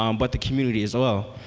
um but the community as well.